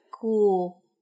cool